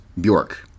Bjork